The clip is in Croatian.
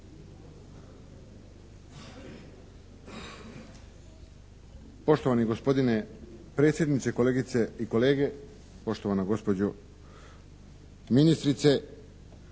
Poštovani gospodine predsjedniče, kolegice i kolege, poštovana gospođo ministrice!